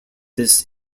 this